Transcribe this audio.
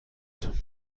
تقریبا